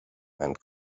and